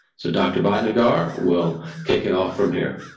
so dr bhatnagar will kick it off from here.